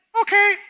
Okay